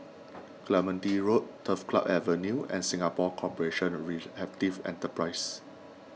Clementi Road Turf Club Avenue and Singapore Corporation of Rehabilitative Enterprises